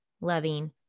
loving